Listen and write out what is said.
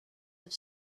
have